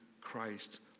Christ